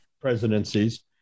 presidencies